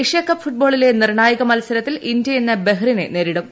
Asia Cup ഫുട്ബോളിലെ നിർണായക മത്സരത്തിൽ ഇന്ത്യ ഇന്ന് ബഹ്റിനെ നേരിടും